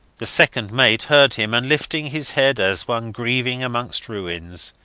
the second mate heard him, and lifting his head as one grieving amongst ruins,